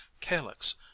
calyx